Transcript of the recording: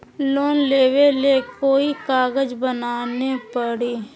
Loan लेबे ले कोई कागज बनाने परी?